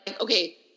okay